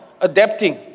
adapting